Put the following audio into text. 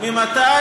ממפלגת העבודה.